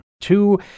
Two